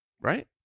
Right